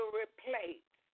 replace